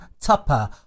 Tupper